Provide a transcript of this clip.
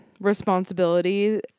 responsibility